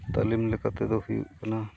ᱛᱟᱹᱞᱤᱢ ᱞᱮᱠᱟ ᱛᱮᱫᱚ ᱦᱩᱭᱩᱜ ᱠᱟᱱᱟ